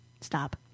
Stop